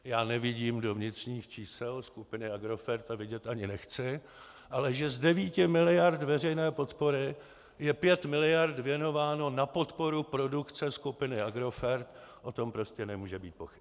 Já nevidím do vnitřních čísel skupiny Agrofert a vidět ani nechci, ale že z 9 miliard veřejné podpory je 5 miliard věnováno na podporu produkce skupiny Agrofert, o tom prostě nemůže být pochyb.